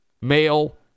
male